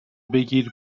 بگیر